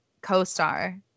co-star